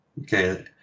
Okay